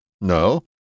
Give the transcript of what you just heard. No